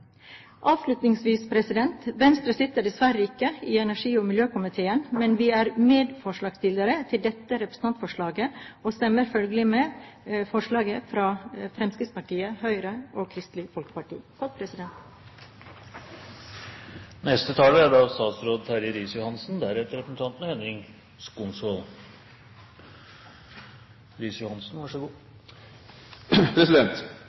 Avslutningsvis: Venstre sitter dessverre ikke i energi- og miljøkomiteen, men vi er medforslagsstillere til dette representantforslaget og stemmer følgelig for forslaget fra Fremskrittspartiet, Høyre og Kristelig Folkeparti.